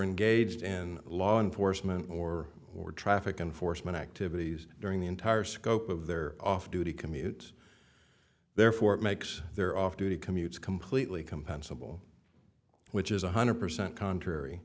engaged in law enforcement or or traffic enforcement activities during the entire scope of their off duty commute therefore it makes their off duty commutes completely compensable which is one hundred percent contrary